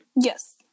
yes